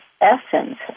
essence